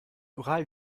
ural